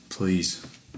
Please